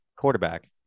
quarterback